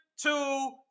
two